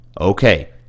okay